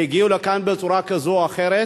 שהגיעו לכאן בצורה כזאת או אחרת,